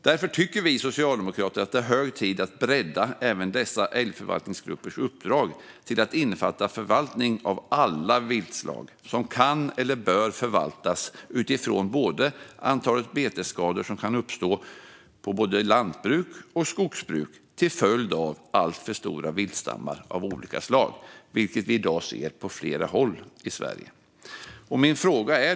Därför tycker vi socialdemokrater att det är hög tid att bredda älgförvaltningsgruppernas uppdrag till att innefatta förvaltning av alla viltslag som kan eller bör förvaltas utifrån vilka betesskador som kan uppstå för både lantbruk och skogsbruk till följd av alltför stora viltstammar av olika slag. Sådana skador ser vi i dag på flera håll i Sverige.